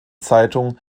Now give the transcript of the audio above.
zeitung